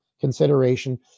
consideration